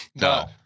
No